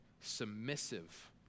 Submissive